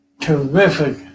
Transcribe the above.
terrific